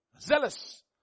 zealous